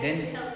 then